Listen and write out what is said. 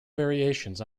variations